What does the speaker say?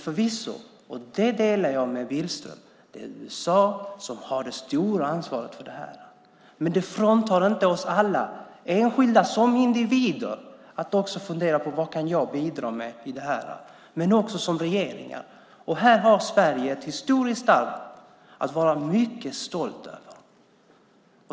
Förvisso är det USA som har det stora ansvaret för det här. Den uppfattningen delar jag med Billström. Men det hindrar inte oss alla, enskilda individer och regeringar, från att fundera på vad man kan bidra med. Här har Sverige ett historiskt arv att vara mycket stolt över.